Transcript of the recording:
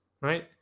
right